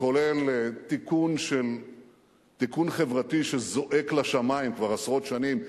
כולל תיקון חברתי שזועק לשמים כבר עשרות שנים,